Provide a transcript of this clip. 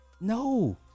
No